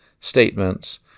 statements